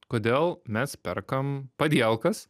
kodėl mes perkam padielkas